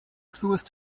truest